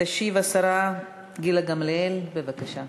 תשיב השרה גילה גמליאל, בבקשה.